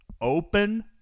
open